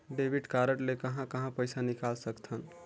Debit card ले कहां कहां पइसा निकाल सकथन?